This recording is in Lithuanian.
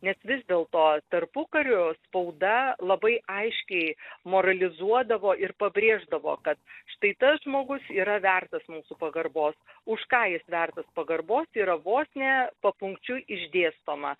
nes vis dėlto tarpukariu spauda labai aiškiai moralizuodavo ir pabrėždavo kad štai tas žmogus yra vertas mūsų pagarbos už ką jis vertas pagarbos yra vos ne papunkčiui išdėstoma